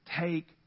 take